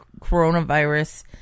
coronavirus